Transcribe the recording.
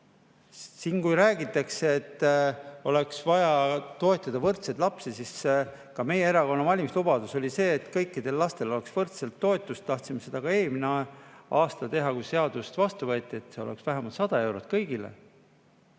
siin räägitakse, et oleks vaja toetada lapsi võrdselt, siis ka meie erakonna valimislubadus oli see, et kõikidel lastel oleks võrdselt toetust. Tahtsime seda ka eelmine aasta teha, kui seadust vastu võeti, et see oleks vähemalt 100 eurot kõigile.